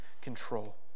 control